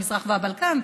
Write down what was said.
המזרח והבלקן.